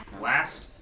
Last